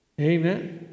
Amen